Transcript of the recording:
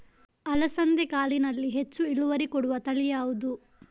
ಅಲಸಂದೆ ಕಾಳಿನಲ್ಲಿ ಹೆಚ್ಚು ಇಳುವರಿ ಕೊಡುವ ತಳಿ ಯಾವುದು?